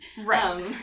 Right